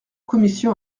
commission